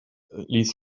ließ